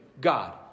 God